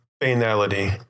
Finality